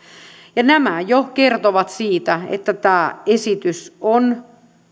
nämä jo kertovat siitä että tämä esitys on